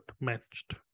matched